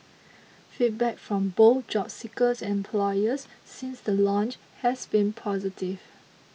feedback from both job seekers and employers since the launch has been positive